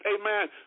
amen